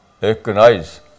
recognize